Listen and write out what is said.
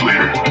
later